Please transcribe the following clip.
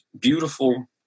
beautiful